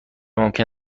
ممکن